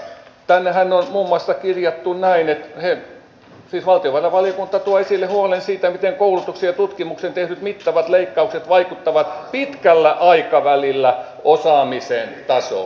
tännehän on muun muassa kirjattu näin että valtiovarainvaliokunta tuo esille huolen siitä miten koulutukseen ja tutkimukseen tehdyt mittavat leikkaukset vaikuttavat pitkällä aikavälillä osaamisen tasoon